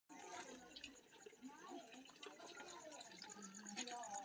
IFSC सं पैसा भेजै लेल लाभार्थी के खाता नंबर आ आई.एफ.एस.सी चाही